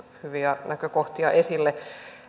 hyviä näkökohtia esille